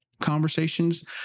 conversations